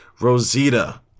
Rosita